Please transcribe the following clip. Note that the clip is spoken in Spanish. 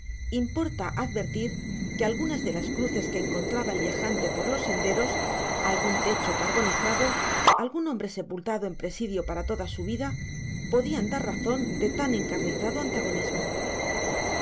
importa advertir que algunas de las cruces que encontraba el viajante por los senderos algún techo carbonizado algún hombre sepultado en presidio para toda su vida podían dar razón de tan encarnizado antagonismo